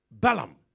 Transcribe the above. Balaam